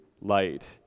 light